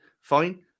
Fine